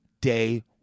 day